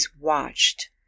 watched